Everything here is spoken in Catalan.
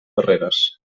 barreres